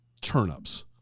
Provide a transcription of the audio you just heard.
turnips